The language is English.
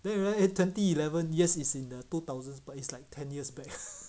then you realise eh twenty eleven yes it's in the two thousands but it's like ten years back